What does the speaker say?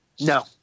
No